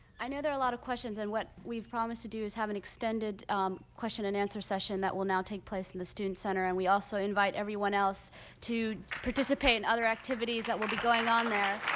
i know there are a lot of questions. and what we've promised to do is have an extended question-and-answer session that will now take place in the student center. and we also invite everyone else to participate in other activities that will be going on there.